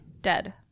Dead